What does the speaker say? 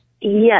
Yes